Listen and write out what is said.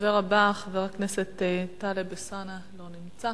הדובר הבא, חבר הכנסת טלב אלסאנע, לא נמצא.